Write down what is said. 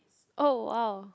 oh !wow!